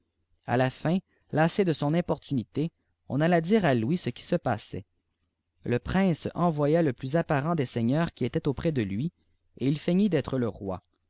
a la fki lassé de son importunité on alla dire à louis ce qui se passait le prince envoya le plus apparent des seigneurs qui étaient auprès de lui et qui feignit d'être le roi